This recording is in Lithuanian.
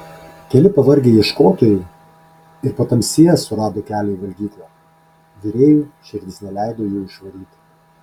keli pavargę ieškotojai ir patamsyje surado kelią į valgyklą virėjui širdis neleido jų išvaryti